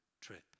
trip